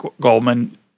Goldman